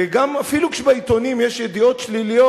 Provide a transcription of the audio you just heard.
ואפילו כשבעיתונים יש ידיעות שליליות,